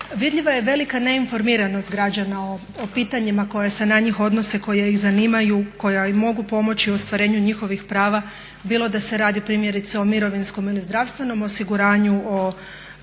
Vidljiva je velika neinformiranost građana o pitanjima koja se na njih odnose, koja ih zanimaju, koja im mogu pomoći u ostvarenju njihovih prava bilo da se radi primjerice o mirovinskom ili zdravstvenom osiguranju, o